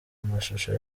amashusho